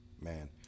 man